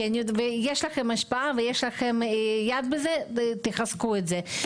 כי יש לכם השפעה, ויש לכם יד בזה, תחזקו את זה.